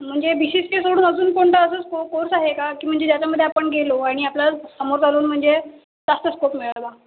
म्हणजे B C C A सोडून अजून कोणता असा स्को कोर्स आहे की म्हणजे ज्याच्यामध्ये आपण गेलो आणि आपला म्हणजे जास्त स्कोप मिळाला